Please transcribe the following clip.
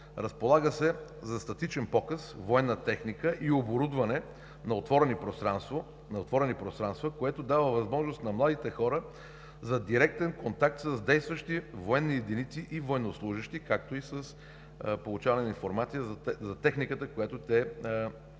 Разполага се за статичен показ военна техника и оборудване на отворени пространства, което дава възможност на младите хора за директен контакт с действащи военни единици и военнослужещи, както и с получаване на информация за техниката, която те